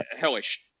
hellish